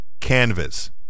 canvas